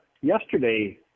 yesterday